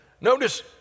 Notice